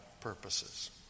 purposes